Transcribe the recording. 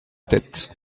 tête